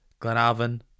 Glenavon